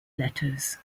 letters